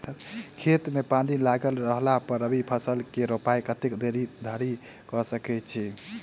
खेत मे पानि लागल रहला पर रबी फसल केँ रोपाइ कतेक देरी धरि कऽ सकै छी?